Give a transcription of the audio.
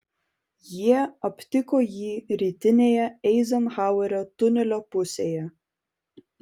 jie aptiko jį rytinėje eizenhauerio tunelio pusėje